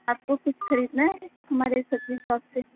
آپ کو کچھ خریدنا ہے ہمارے سبزی شاپ سے